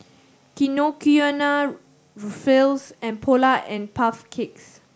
Kinokuniya Ruffles and Polar and Puff Cakes